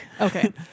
Okay